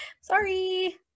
Sorry